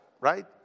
right